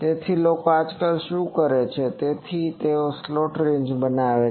તેથી લોકો આજકાલ શું કરે છે તેથી તેઓ સ્લેંટ રેન્જ બનાવે છે